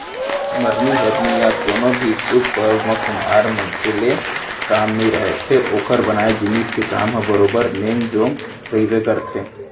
मरनी हरनी या कोनो भी सुभ परब म कुम्हार मनसे ले काम नइ रहय फेर ओकर बनाए जिनिस के काम ह बरोबर नेंग जोग रहिबे करथे